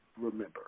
remember